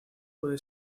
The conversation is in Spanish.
puede